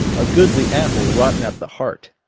a goodly apple rotten at the heart.